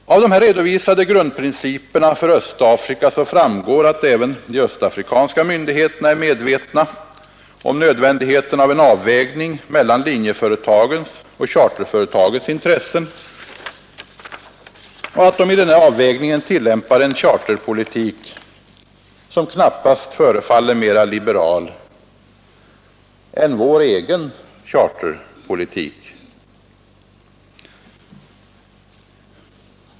Av dessa redovisade grundprinciper för Östafrika framgår att även de östafrikanska myndigheterna är medvetna om nödvändigheten av en avvägning mellan linjeföretagens och charterföretagens intressen och att de vid denna avvägning tillämpar en charterpolitik som knappast förefaller mera liberal än vår egen charterpolitik.